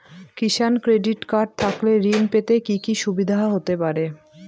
কিষান credit card থাকলে ঋণ পেতে কি কি সুবিধা হতে পারে?